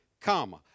comma